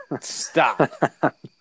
Stop